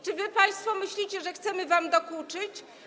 Czy wy państwo myślicie, że chcemy wam dokuczyć?